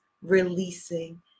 releasing